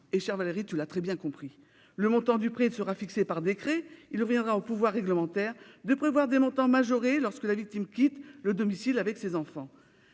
du dispositif d'urgence. Le montant du prêt sera fixé par décret. Il reviendra au pouvoir réglementaire de prévoir des montants majorés lorsque la victime quitte le domicile avec ses enfants.